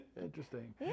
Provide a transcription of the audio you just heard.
Interesting